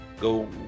go